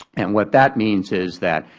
and what that means is that